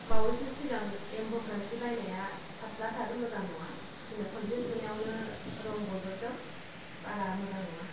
बावैसो सिगां एम बग्रा जि बायनाया फाथ्लाथार मोजां नङा सुनो खनसे सुनायावनो रं गजोबदों बारा मोजां नङा